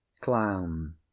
Clown